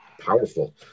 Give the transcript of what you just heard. Powerful